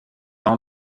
ans